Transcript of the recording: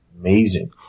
amazing